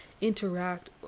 interact